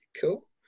cool